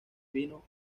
vino